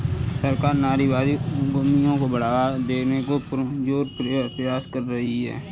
सरकार नारीवादी उद्यमियों को बढ़ावा देने का पुरजोर प्रयास कर रही है